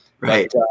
right